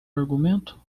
argumento